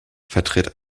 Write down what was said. vertritt